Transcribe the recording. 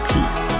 Peace